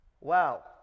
Wow